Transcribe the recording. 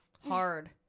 Hard